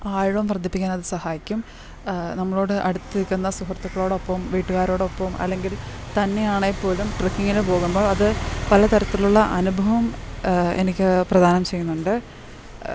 ആഴവും വർദ്ധിപ്പിക്കാൻ അത് സഹായിക്കും നമ്മളോട് അടുത്തുനിൽക്കുന്ന സുഹൃത്തക്കളോടൊപ്പം വീട്ടുകാരോടൊപ്പം അല്ലെങ്കിൽ തന്നെയാണെങ്കിൽപ്പോലും ട്രക്കിങ്ങിന് പോകുമ്പോൾ അത് പല തരത്തിലുള്ള അനുഭവം എനിക്ക് പ്രധാനം ചെയ്യുന്നുണ്ട്